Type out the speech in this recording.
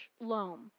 loam